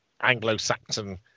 Anglo-Saxon